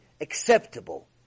acceptable